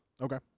Okay